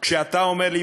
כשאתה אומר לי,